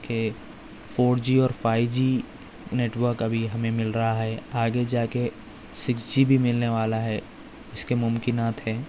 کہ four G اور five G network ابھی ہمیں مل رہا ہے آگے جا کے سکس جی بھی ملنے والا ہے اس کے ممکنات ہیں